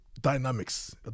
dynamics